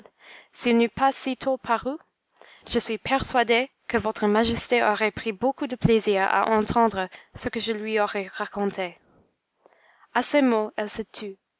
s'il n'eût pas si tôt paru je suis persuadée que votre majesté aurait pris beaucoup de plaisir à entendre ce que je lui aurais raconté à ces mots elle se tut